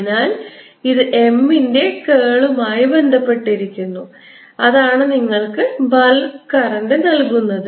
അതിനാൽ ഇത് M ന്റെ കേളുമായി ബന്ധപ്പെട്ടിരിക്കുന്നു അതാണ് നിങ്ങൾക്ക് ബൾക്ക് കറന്റ് നൽകുന്നത്